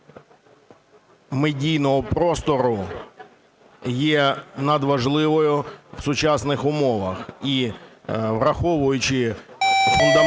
медійного простору є надважливою в сучасних умовах.